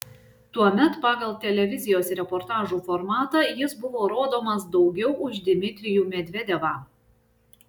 tuomet pagal televizijos reportažų formatą jis buvo rodomas daugiau už dmitrijų medvedevą